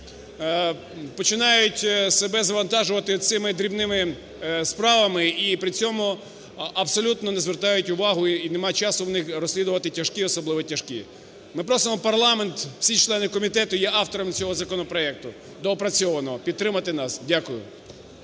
починають себе завантажувати цими дрібними справами і при цьому абсолютно не звертають увагу і нема часу у них розслідувати тяжкі й особливо тяжкі. Ми просимо парламент, всі члени комітету є авторами цього законопроекту доопрацьованого, підтримати нас. Дякую.